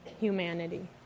humanity